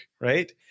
Right